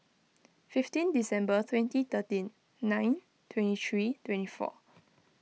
fifteen December twenty thirteen nine twenty three twenty four